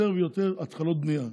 יותר ויותר התחלות בנייה,